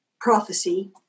prophecy